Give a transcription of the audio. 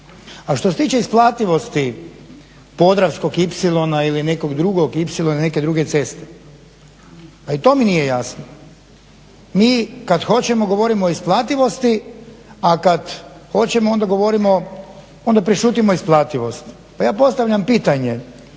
nekog drugog ipsilona ili nekog drugog ipsilona, neke druge ceste. Pa i to mi nije jasno. Mi kada hoćemo govorimo o isplativosti a kada hoćemo onda govorimo, onda prešutimo isplativost. Pa ja postavljam pitanje,